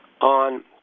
on